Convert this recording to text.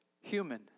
human